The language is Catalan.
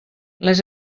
les